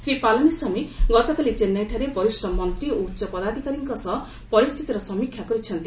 ଶ୍ରୀ ପାଲାନିସ୍ୱାମୀ ଗତକାଲି ଚେନ୍ନାଇଠାରେ ବରିଷ୍ଠ ମନ୍ତ୍ରୀ ଓ ଉଚ୍ଚ ପଦାଧିକାରୀଙ୍କ ସହ ପରିସ୍ଥିତିର ସମୀକ୍ଷା କରିଛନ୍ତି